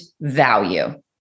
value